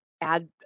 add